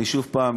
אני שוב פעם,